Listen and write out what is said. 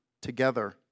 together